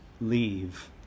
leave